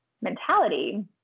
mentality